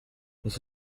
this